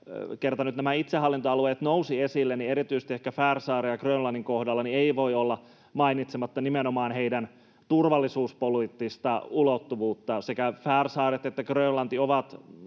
kerta nyt nämä itsehallintoalueet nousivat esille, niin erityisesti ehkä Färsaarten ja Grönlannin kohdalla ei voi olla mainitsematta nimenomaan heidän turvallisuuspoliittista ulottuvuuttaan. Sekä Färsaaret että Grönlanti ovat